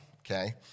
okay